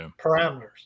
parameters